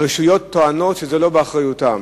הרשויות טוענות שזה לא באחריותן,